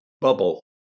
bubble